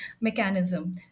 mechanism